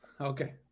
Okay